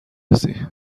رسی